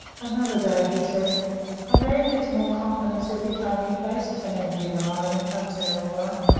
another day he said a man gets more confidence every time he faces an angry lion and comes out all right.